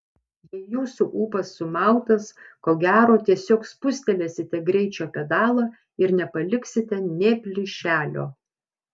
jei jūsų ūpas sumautas ko gero tiesiog spustelėsite greičio pedalą ir nepaliksite nė plyšelio